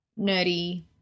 nerdy